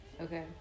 okay